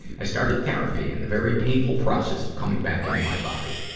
i started therapy and the very painful process of coming back into my body.